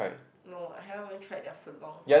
no I haven't really tried that foot long